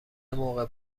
موقع